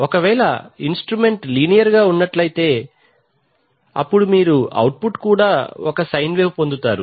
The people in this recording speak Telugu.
ఒకవేళ ఇన్స్ట్రుమెంట్ లీనియర్ గా ఉన్నట్లైతే అప్పుడు మీరు ఔట్ పుట్ కూడా ఒక సైన్ వేవ్ పొందుతారు